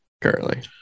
currently